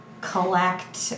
collect